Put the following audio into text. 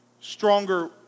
stronger